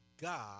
God